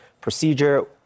procedure